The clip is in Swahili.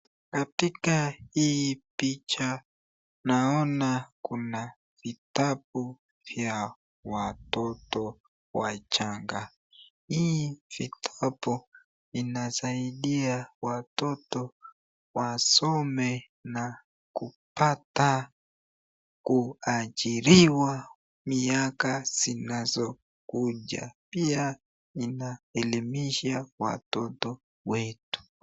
Katika hii picha naona kuna vitabu vya watoto wachanga .hii vitabu inasaidia watoto wasome na kupata kuaajiliwa miaka zinazo kuja .pia inaelimisha watoto wetu.